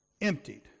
emptied